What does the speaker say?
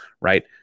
right